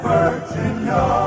Virginia